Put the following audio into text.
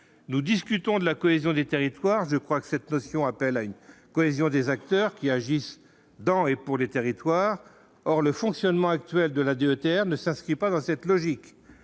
nous discutons de la cohésion des territoires, je crois que cette notion, appelle à une cohésion des acteurs qui agissent dans et pour les territoires, or le fonctionnement actuel de la DETR ne s'inscrit pas dans cette logique,